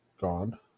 Gone